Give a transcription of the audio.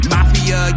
Mafia